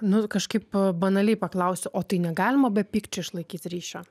nu kažkaip banaliai paklausiu o tai negalima be pykčio išlaikyt ryšio